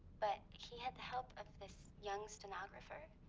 but he had the help of this young stenographer.